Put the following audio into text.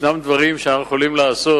ישנם דברים שאנחנו יכולים לעשות,